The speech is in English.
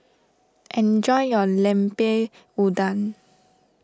enjoy your Lemper Udang